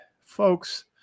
folks